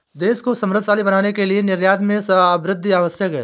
देश को समृद्धशाली बनाने के लिए निर्यात में वृद्धि आवश्यक है